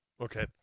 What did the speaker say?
Okay